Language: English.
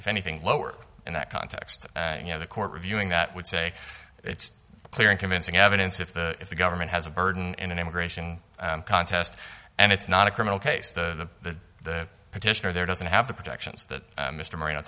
if anything lower in that context you know the court reviewing that would say it's clear and convincing evidence if the if the government has a burden in an immigration contest and it's not a criminal case the petitioner there doesn't have the protections that mr moreno